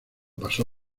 pasó